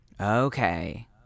okay